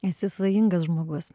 esi svajingas žmogus